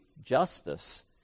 justice